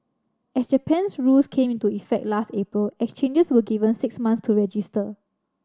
as Japan's rules came into effect last April exchanges were given six months to register